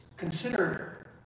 Consider